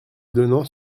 donnant